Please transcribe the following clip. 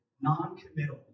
non-committal